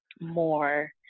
more